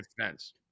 defense